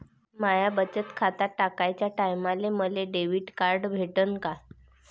माय बचत खातं काढाच्या टायमाले मले डेबिट कार्ड भेटन का?